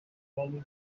many